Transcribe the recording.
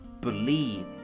believe